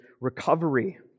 recovery